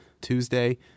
tuesday